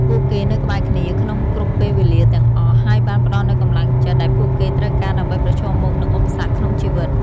ពួកគេនៅក្បែរគ្នាក្នុងគ្រប់ពេលវេលាទាំងអស់ ហើយបានផ្តល់នូវកម្លាំងចិត្តដែលពួកគេត្រូវការដើម្បីប្រឈមមុខនឹងឧបសគ្គក្នុងជីវិត។